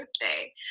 birthday